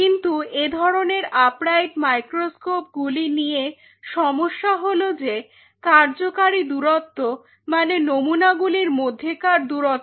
কিন্তু এ ধরনের আপরাইট মাইক্রোস্কোপ গুলি নিয়ে সমস্যা হল যে কার্যকারী দূরত্ব মানে নমুনা গুলির মধ্যেকার দূরত্ব